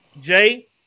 Jay